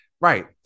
right